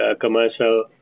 commercial